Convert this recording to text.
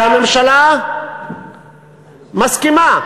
שהממשלה מסכימה,